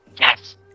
Yes